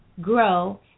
grow